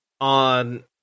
on